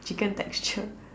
chicken texture